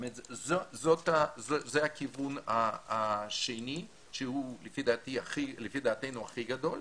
זה הכיוון השני, שהוא לפי דעתנו הכי גדול,